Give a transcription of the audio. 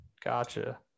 Gotcha